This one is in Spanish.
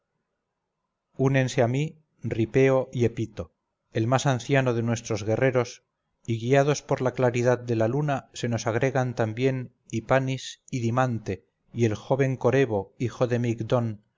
unense a mí ripeo y epito el más anciano de nuestros guerreros y guiados por la claridad de la luna se nos agregan también hipanis y dimante y el joven corebo hijo de migdon